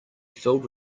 filled